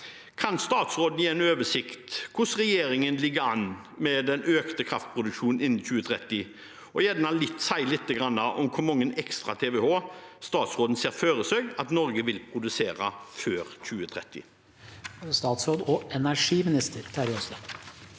Kan statsråden gi en oversikt over hvordan regjeringen ligger an med den økte kraftproduksjonen innen 2030, og gjerne si litt om hvor mange ekstra terawattimer statsråden ser for seg at Norge vil produsere før 2030?